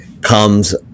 comes